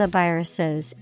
viruses